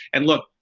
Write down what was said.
and look,